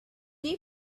you